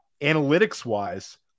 analytics-wise